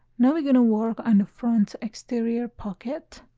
now we're going to work on the front exterior pocket.